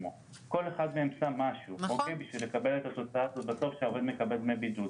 כל אחד מהם שם משהו בשביל לקבל את התוצאה שהעובד מקבל דמי בידוד.